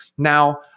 Now